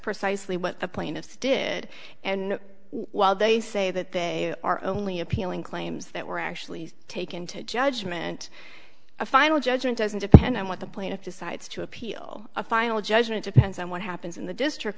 precisely what the plaintiffs did and while they say that they are only appealing claims that were actually taken to judgment a final judgment doesn't depend on what the plaintiff decides to appeal a final judgment depends on what happens in the district